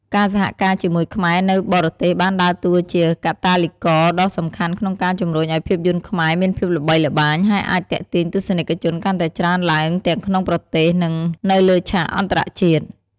ការសហការជាមួយខ្មែរនៅបរទេសបានដើរតួជាកាតាលីករដ៏សំខាន់ក្នុងការជំរុញឱ្យភាពយន្តខ្មែរមានភាពល្បីល្បាញ ហើយអាចទាក់ទាញទស្សនិកជនកាន់តែច្រើនឡើង ទាំងក្នុងប្រទេស និងនៅលើឆាកអន្តរជាតិ។